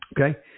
Okay